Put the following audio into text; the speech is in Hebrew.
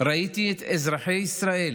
ראיתי את אזרחי ישראל